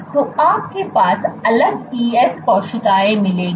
तो आपके पास अलग ES कोशिकाओं मिलेगी